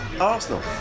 Arsenal